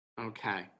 Okay